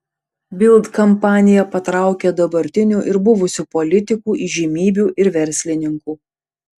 bild kampanija patraukė dabartinių ir buvusių politikų įžymybių ir verslininkų